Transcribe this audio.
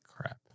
crap